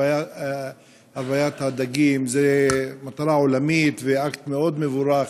רביית הדגים היא מטרה עולמית ואקט מאוד מבורך,